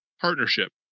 partnership